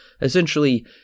essentially